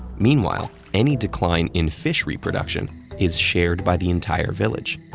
meanwhile, any decline in fish reproduction is shared by the entire village.